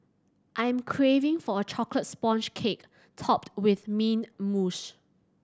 I am craving for a chocolate sponge cake topped with mint mousse